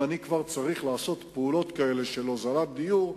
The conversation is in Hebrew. אם אני כבר צריך לעשות פעולות כאלה של הוזלת דיור,